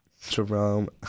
Jerome